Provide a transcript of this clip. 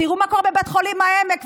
תראו מה קורה בבית חולים העמק,